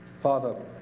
Father